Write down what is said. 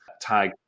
tag